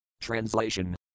Translation